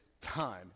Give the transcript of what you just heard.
time